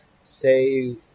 say